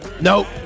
Nope